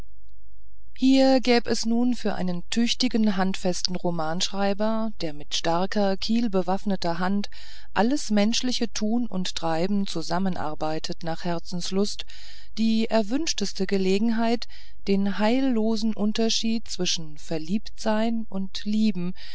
hier gäb es nun für einen tüchtigen handfesten romanschreiber der mit starker kielbewaffneter hand alles menschliche tun und treiben zusammenarbeitet nach herzenslust die erwünschteste gelegenheit den heillosen unterschied zwischen verliebtsein und lieben